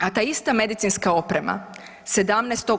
A ta ista medicinska oprema 17.